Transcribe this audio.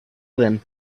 then